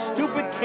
Stupid